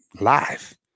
live